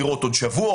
לראות עוד שבוע,